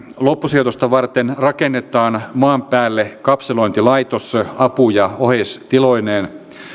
loppusijoitusta varten rakennetaan maan päälle kapselointilaitos apu ja oheistiloineen